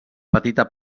petita